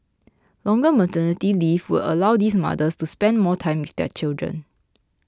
longer maternity leave would allow these mothers to spend more time with their children